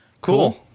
Cool